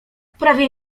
prawie